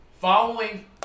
Following